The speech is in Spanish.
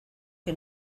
que